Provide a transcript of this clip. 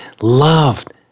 loved